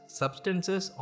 substances